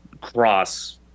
cross